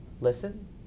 listen